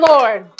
Lord